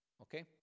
okay